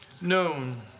known